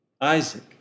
Isaac